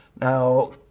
Now